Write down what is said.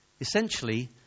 Essentially